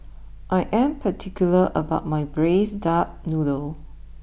I am particular about my Braised Duck Noodle